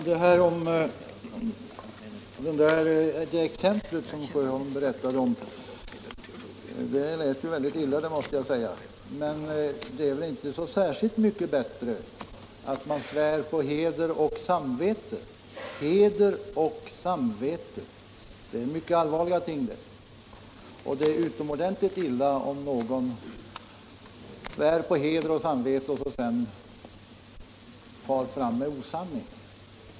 Herr talman! Det exempel som herr Sjöholm anförde lät väldigt illa, det måste jag säga. Men det är väl inte så särskilt mycket bättre att man svär på heder och samvete. Heder och samvete —- det är mycket allvarliga ting det, och det är utomordentligt illa om någon svär på heder och samvete och sedan far med osanning.